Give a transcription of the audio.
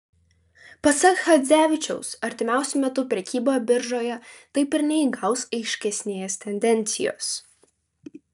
pasak chadzevičiaus artimiausiu metu prekyba biržoje taip ir neįgaus aiškesnės tendencijos